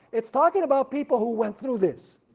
it's talking about people who went through this,